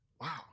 wow